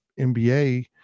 NBA